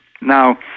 Now